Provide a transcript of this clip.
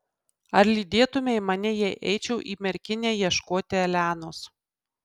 ar lydėtumei mane jei eičiau į merkinę ieškoti elenos